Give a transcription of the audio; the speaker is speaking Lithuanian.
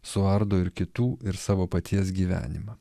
suardo ir kitų ir savo paties gyvenimą